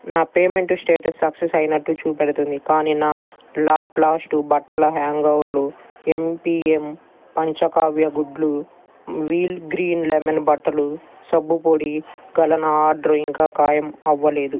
నా payment status success అయినట్టు చూపెడుతుంది కానీ నా లాప్లాస్ట్ బట్టల హ్యాంగర్లు ఎంపీఎం పంచకావ్య గుడ్లు వీల్ గ్రీన్ లెమన్ బట్టలు సబ్బు పొడి గల నా ఆర్డర్ ఇంకా ఖాయం అవ్వలేదు